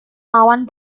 lawan